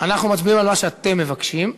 על מה שאתם מבקשים.